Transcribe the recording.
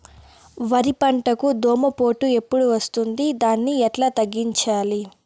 వరి పంటకు దోమపోటు ఎప్పుడు వస్తుంది దాన్ని ఎట్లా తగ్గించాలి?